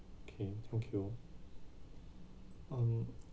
okay thank you um